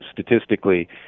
statistically